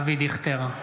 אבי דיכטר,